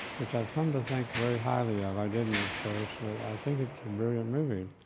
which i've come to think very highly of. i didn't at first, but i think it's a brilliant movie.